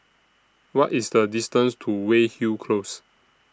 What IS The distance to Weyhill Close